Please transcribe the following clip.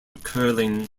curling